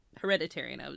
Hereditary